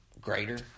greater